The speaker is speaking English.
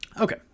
Okay